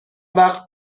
وقت